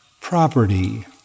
property